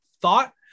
thought